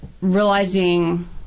realizing